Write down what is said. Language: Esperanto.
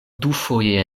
dufoje